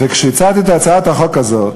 כשהצעתי את הצעת החוק הזאת